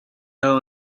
aho